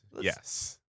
yes